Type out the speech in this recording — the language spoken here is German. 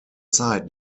zeit